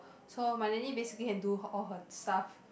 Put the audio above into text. so my nanny basically can do all her stuff